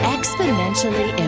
Exponentially